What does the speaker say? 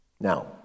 Now